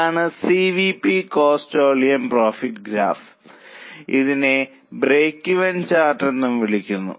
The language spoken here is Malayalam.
ഇതാണ് C V P cost volume profit graph ഇതിനെ ബ്രേക്ക്ഈവൻ ചാർട്ട് എന്നും വിളിക്കുന്നു